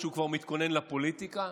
שהוא כבר מתכונן לפוליטיקה,